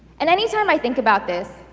and any time i think about this,